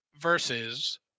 versus